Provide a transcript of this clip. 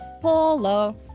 Polo